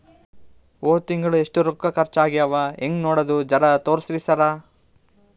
ಹೊದ ತಿಂಗಳ ಎಷ್ಟ ರೊಕ್ಕ ಖರ್ಚಾ ಆಗ್ಯಾವ ಹೆಂಗ ನೋಡದು ಜರಾ ತೋರ್ಸಿ ಸರಾ?